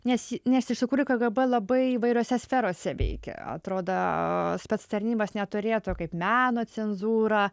nes nes iš tikrųjų kgb labai įvairiose sferose veikia atrodo spectarnybos neturėtų kaip meno cenzūrą